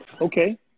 okay